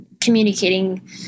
communicating